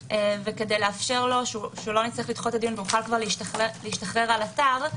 וכדי לאפשר לו שלא נצטרך לדחות את הדיון ויוכל להשתחרר על אתר,